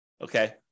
Okay